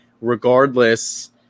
regardless